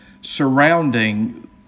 surrounding